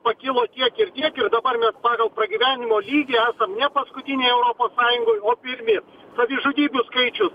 pakilo tiek ir tiek ir dabar mes pagal pragyvenimo lygį esam ne paskutinėj europos sąjungoj o pirmi savižudybių skaičių